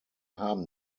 haben